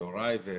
יוראי וקטי,